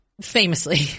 famously